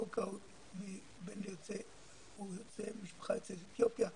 אווקה הוא בן למשפחה יוצאת אתיופיה,